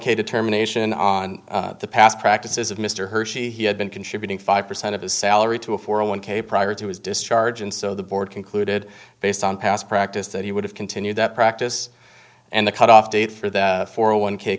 k determination on the past practices of mr hershey he had been contributing five percent of his salary to a four a one k prior to his discharge and so the board concluded based on past practice that he would have continued that practice and the cutoff date for that for a one k